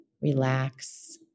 relax